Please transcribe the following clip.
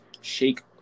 shake